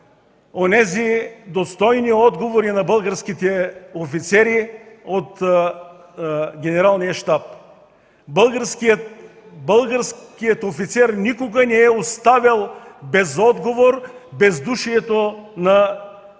онези достойни отговори на българските офицери от Генералния щаб. Българският офицер никога не е оставял без отговор бездушието на